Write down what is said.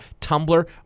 Tumblr